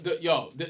Yo